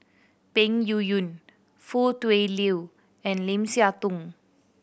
Peng Yuyun Foo Tui Liew and Lim Siah Tong